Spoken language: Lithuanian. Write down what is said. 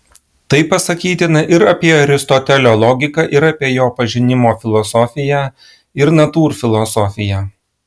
tai pasakytina ir apie aristotelio logiką ir apie jo pažinimo filosofiją ir natūrfilosofiją